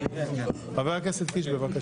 חבר הכנסת קיש, בבקשה.